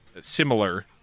similar